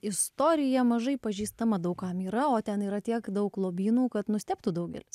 istorija mažai pažįstama daug kam yra o ten yra tiek daug lobynų kad nustebtų daugelis